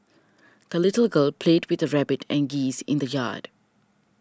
the little girl played with her rabbit and geese in the yard